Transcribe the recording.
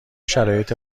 شرایط